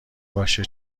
باشه